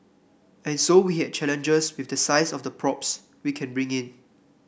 and so we had challenges with the size of the props we can bring in